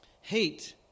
Hate